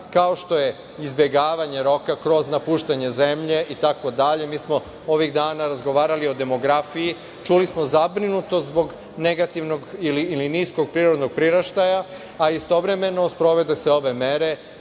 kao što je izbegavanje roka kroz napuštanje zemlje, itd. Mi smo ovih dana razgovarali o demografiji, čuli smo zabrinutost zbog negativnog ili niskog prirodnog priraštaja, a istovremeno sprovode se ove mere